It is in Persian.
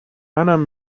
منم